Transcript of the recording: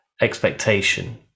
expectation